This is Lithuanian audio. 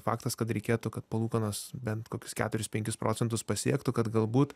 faktas kad reikėtų kad palūkanos bent kokius keturis penkis procentus pasiektų kad galbūt